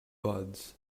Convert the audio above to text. buds